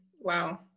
Wow